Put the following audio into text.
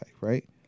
Right